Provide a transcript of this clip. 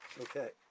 Okay